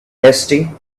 hasty